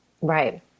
Right